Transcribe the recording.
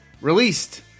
released